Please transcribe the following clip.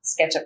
SketchUp